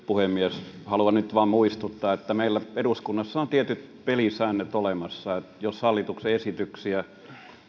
puhemies haluan nyt vain muistuttaa että meillä eduskunnassa on tietyt pelisäännöt olemassa jos hallituksen esityksiä